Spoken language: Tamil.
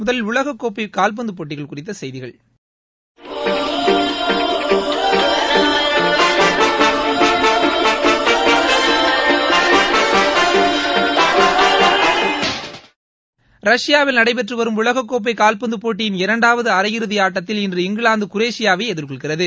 முதலில் உலகக்கோப்பை கால்பந்து போட்டி குறித்த செய்திகள் ரஷ்யாவில் நடைபெற்று வரும் உலகக்கோப்பை கால்பந்து போட்டியின் இரண்டாவது அரையிறுதி ஆட்டத்தில் இங்கிலாந்து குரேஷியாவை எதிர்கொள்கிறது